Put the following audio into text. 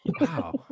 Wow